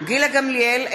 גילה גמליאל,